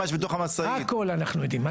הכול אנחנו יודעים.